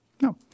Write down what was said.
no